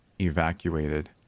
Evacuated